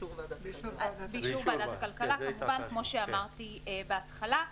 באישור ועדת הכלכלה, כמו שאמרתי בהתחלה.